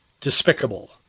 Despicable